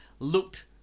looked